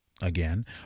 Again